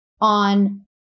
on